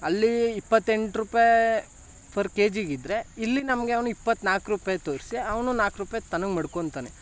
ಅಲ್ಲಿ ಇಪ್ಪತ್ತೆಂಟು ರೂಪಾಯಿ ಪರ್ ಕೆಜಿಗಿದ್ದರೆ ಇಲ್ಲಿ ನಮಗೆ ಅವನು ಇಪ್ಪತ್ತ್ನಾಲ್ಕು ರೂಪಾಯಿ ತೋರಿಸಿ ಅವನು ನಾಲ್ಕು ರೂಪಾಯಿ ತನಗೆ ಮಡ್ಕೊಳ್ತಾನೆ